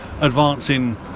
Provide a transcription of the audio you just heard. advancing